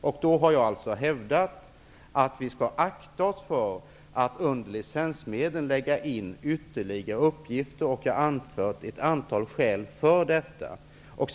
Jag har alltså hävdat att vi skall akta oss för att under licensmedlen lägga in ytterligare uppgifter, och jag har anfört ett antal skäl för den ståndpunkten.